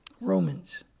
Romans